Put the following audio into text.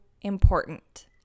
important